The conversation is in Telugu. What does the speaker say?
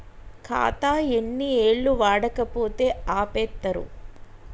ఖాతా ఎన్ని ఏళ్లు వాడకపోతే ఆపేత్తరు?